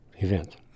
Event